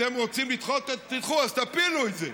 אתם רוצים לדחות, אז תפילו את זה.